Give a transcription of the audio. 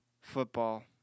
football